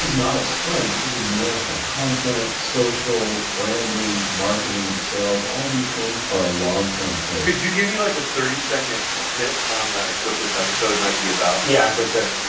not a sprint, this is a marathon. content, social, branding, marketing, sales, all of these things are a long-term play. could you give me like a thirty second pitch on what this episode might be about? yeah, for sure.